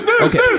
Okay